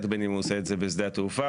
ובין אם הוא עושה את זה בשדה התעופה,